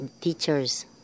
teachers